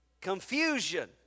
Confusion